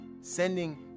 sending